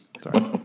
Sorry